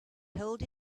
held